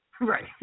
right